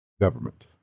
government